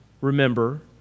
remember